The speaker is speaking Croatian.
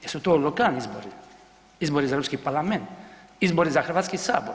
Jesu to lokalni izbori, izbori za Europski parlament, izbori za Hrvatski sabor?